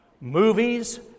movies